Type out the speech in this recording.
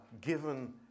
given